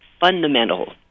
fundamental